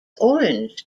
orange